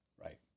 Right